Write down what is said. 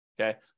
okay